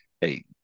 hey